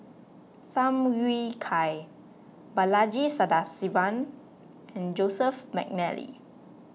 Tham Yui Kai Balaji Sadasivan and Joseph McNally